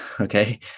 Okay